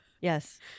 Yes